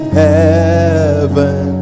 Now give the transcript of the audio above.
heaven